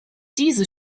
diese